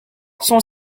son